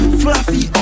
fluffy